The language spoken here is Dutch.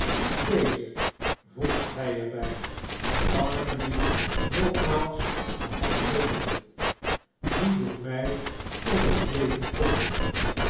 dezen voegde hij er bij barnaby nogmaals de hand j drukkende die door mij om het leven komt